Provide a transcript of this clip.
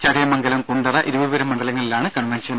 ചടയമംഗലം കുണ്ടറ ഇരവിപുരം മണ്ഡലങ്ങളിലാണ് കൺവെൻഷൻ